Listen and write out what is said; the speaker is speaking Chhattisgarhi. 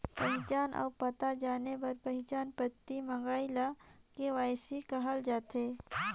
पहिचान अउ पता जाने बर पहिचान पाती मंगई ल के.वाई.सी कहल जाथे